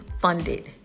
funded